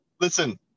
Listen